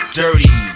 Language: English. dirty